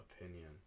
opinion